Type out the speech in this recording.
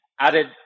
added